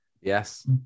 Yes